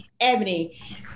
Ebony